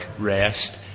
rest